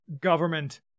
government